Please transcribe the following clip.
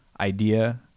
idea